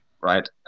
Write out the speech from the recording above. right